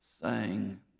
sang